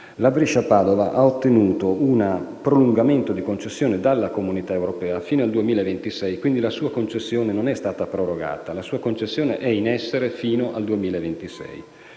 La Brescia-Padova ha ottenuto un prolungamento di concessione dalla Unione europea fino al 2026. Quindi, la sua concessione non è stata prorogata, bensì è in essere fino al 2026.